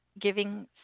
giving